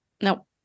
No